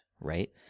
right